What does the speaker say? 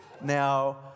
Now